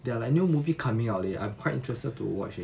they are like new movie coming out leh I'm quite interested to watch leh